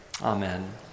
amen